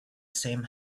same